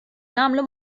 nagħmlu